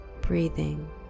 Breathing